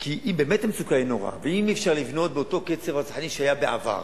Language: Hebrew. כי באמת המצוקה היא נוראה ואם אי-אפשר לבנות באותו קצב רצחני שהיה בעבר,